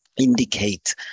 indicate